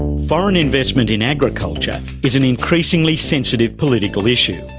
foreign investment in agriculture is an increasingly sensitive political issue,